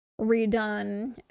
redone